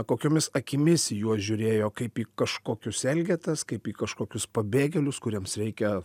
kokiomis akimis į juos žiūrėjo kaip į kažkokius elgetas kaip į kažkokius pabėgėlius kuriems reikia